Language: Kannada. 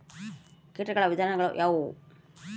ಕೇಟಗಳ ವಿಧಗಳು ಯಾವುವು?